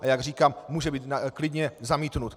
A jak říkám, může být klidně zamítnut.